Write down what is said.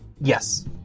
Yes